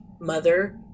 mother